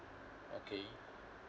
okay